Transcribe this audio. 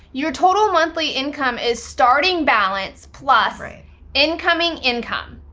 your total monthly income is starting balance plus incoming income.